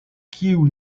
kiu